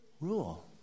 rule